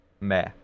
meh